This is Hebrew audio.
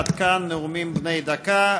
עד כאן נאומים בני דקה.